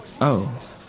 Oh